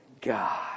God